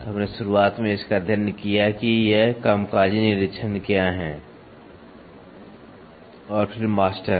तो हमने शुरुआत में इसका अध्ययन किया कि ये कामकाजी निरीक्षण क्या हैं और फिर मास्टर